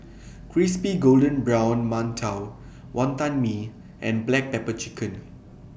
Crispy Golden Brown mantou Wonton Mee and Black Pepper Chicken